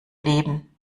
leben